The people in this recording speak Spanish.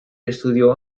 estudió